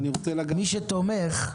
מי שתומך,